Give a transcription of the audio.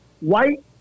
white